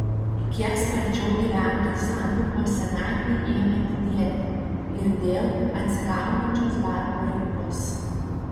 kiek sparčiau gyventojų santaupos senatvei ėmė didėti ir dėl atsigaunančios darbo rinkos